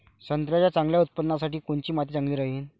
संत्र्याच्या चांगल्या उत्पन्नासाठी कोनची माती चांगली राहिनं?